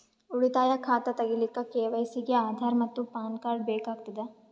ಉಳಿತಾಯ ಖಾತಾ ತಗಿಲಿಕ್ಕ ಕೆ.ವೈ.ಸಿ ಗೆ ಆಧಾರ್ ಮತ್ತು ಪ್ಯಾನ್ ಕಾರ್ಡ್ ಬೇಕಾಗತದ